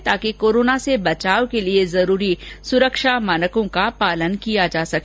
ताकि कोरोना से बचाव के लिए जरूरी सुरक्षा मानकों का पालन किया जा सके